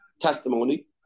testimony